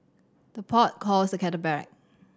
the pot calls the kettle black